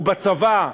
הוא לצבא,